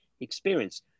experience